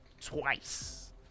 twice